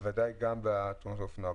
בוודאי בתאונות האופנוע.